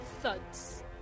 thuds